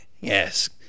Yes